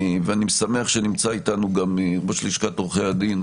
ואני שמח שנמצא אתנו גם ראש לשכת עורכי הדין,